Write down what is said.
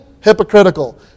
hypocritical